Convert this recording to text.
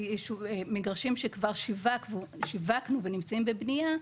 שמגרשים שכבר שיווקנו ונמצאים בבנייה,